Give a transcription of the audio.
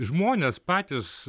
žmonės patys